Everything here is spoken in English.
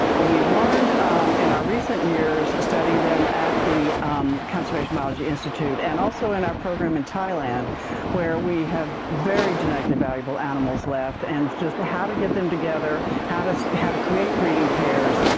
we have learned in our recent years studying them at the conservation biology institute and also in our program in thailand where we have very genetically valuable animals left. and how to get them together, how to how to create breeding pairs.